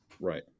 right